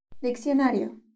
diccionario